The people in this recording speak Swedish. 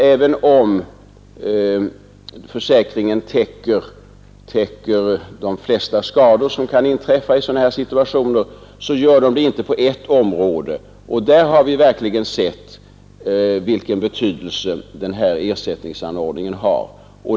Även om försäk ringar täcker de flesta skador som kan inträffa i sådana här situationer gäller det inte på ett område, och där har vi verkligen sett vilken betydelse denna ersättning har.